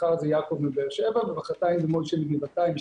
מחר זה יעקב מבאר שבע ומחרתיים משה מגבעתיים.